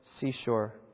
seashore